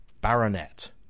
Baronet